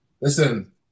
Listen